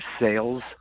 sales